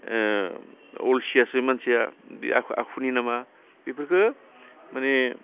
अलसियासो मानसिया बे आखु आखुनि नामा बेफोरखौ माने